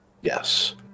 Yes